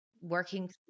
working